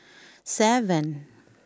seven